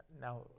now